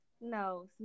No